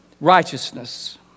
righteousness